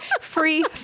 free